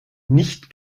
nicht